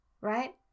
right